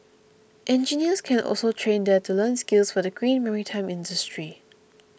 engineers can also train there to learn skills for the green maritime industry